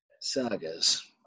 sagas